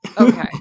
Okay